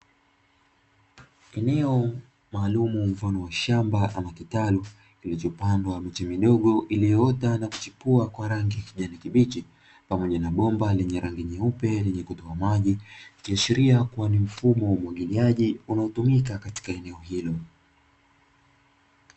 Eneo maalumu mfano wa shamba ama kitalu kilichpandwa miche midogo iliyoota na kuchipua kwa rangi ya kijani kibichi pamoja na bomba lenye rangi nyeupe lenye kutoa maji, ikiashiria ni mfumo wa umwagiliaji unaotumika katika eneo hilo.